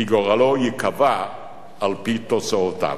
כי גורלו ייקבע על-פי תוצאותיו.